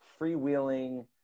freewheeling